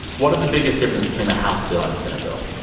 what are the biggest differences between the house bill and the senate bill?